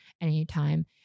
anytime